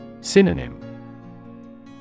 Synonym